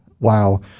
wow